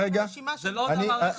זו לא אותה מערכת.